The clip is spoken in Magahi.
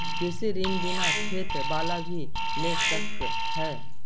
कृषि ऋण बिना खेत बाला भी ले सक है?